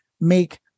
make